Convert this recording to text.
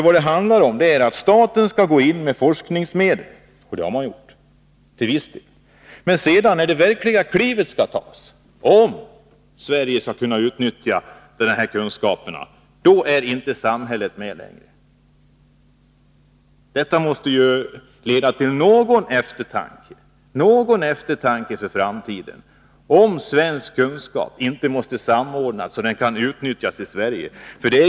Vad det handlar om är att staten skall gå in med forskningsmedel — och det har man gjort till viss del. Men när det verkliga klivet skall tas för att Sverige skall kunna utnyttja de här kunskaperna är samhället inte med längre. Detta borde leda till någon eftertanke för framtiden: Måste inte svensk kunskap samordnas så att den kan utnyttjas i Sverige?